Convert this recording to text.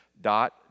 dot